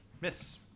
Miss